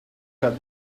had